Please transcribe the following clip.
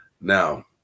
now